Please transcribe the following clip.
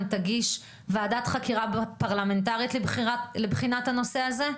תגיש וועדת חקירה פרלמנטרית לבחינת הנושא הזה?